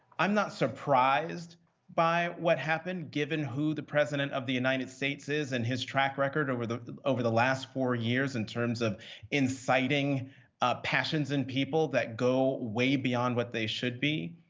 i'm not surprised by what happened, given who the president of the united states is and his track record over the over the last four years, in terms of inciting passions in people that go way beyond what they should be.